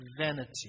vanity